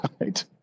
Right